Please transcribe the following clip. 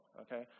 okay